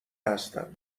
هستم